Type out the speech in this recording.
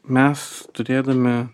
mes turėdami